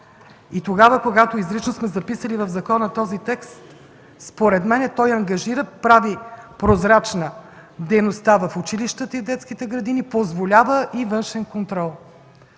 И когато изрично сме записали в закона този текст, според мен той ангажира, прави прозрачна дейността в училищата и детските градини, позволява и външен контрол.